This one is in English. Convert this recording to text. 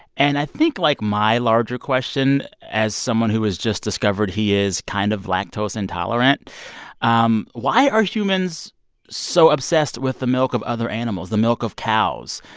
and i think, like, my larger question, as someone who has just discovered he is kind of lactose intolerant um why are humans so obsessed with the milk of other animals, the milk of cows?